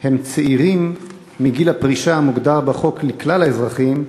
הם צעירים מגיל הפרישה המוגדר בחוק לכלל האזרחים,